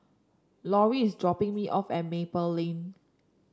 Laurie is dropping me off at Maple Lane